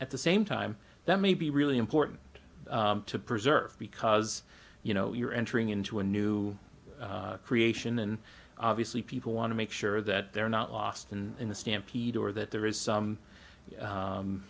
at the same time that may be really important to preserve because you know you're entering into a new creation and obviously people want to make sure that they're not lost in a stampede or that there is some